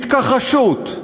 התכחשות,